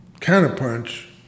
Counterpunch